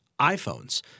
iPhones –